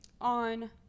on